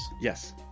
yes